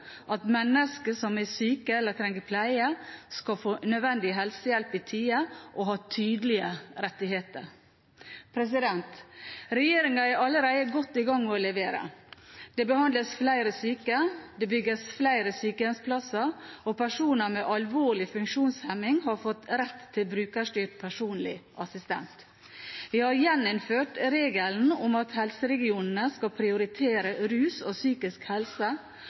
at mennesker som er syke eller trenger pleie, skal få nødvendig helsehjelp i tide og ha tydelige rettigheter. Regjeringen er allerede godt i gang med å levere. Det behandles flere syke, det bygges flere sykehjemsplasser, og personer med alvorlig funksjonshemming har fått rett til brukerstyrt personlig assistent. Vi har gjeninnført regelen om at helseregionene skal prioritere rusomsorgen og psykisk helse,